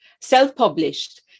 self-published